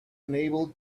unable